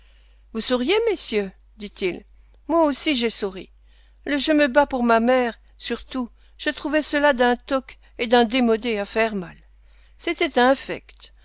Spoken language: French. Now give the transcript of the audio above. vous souriez messieurs dit-il moi aussi j'ai souri le je me bats pour ma mère surtout je trouvais cela d'un toc et d'un démodé à faire mal c'était infect